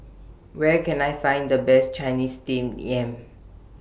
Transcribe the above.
Where Can I Find The Best Chinese Steamed Yam